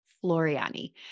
Floriani